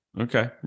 Okay